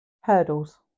hurdles